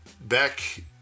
back